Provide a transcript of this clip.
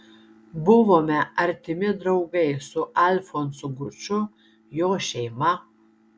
buvome artimi draugai su alfonsu guču jo šeima